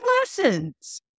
lessons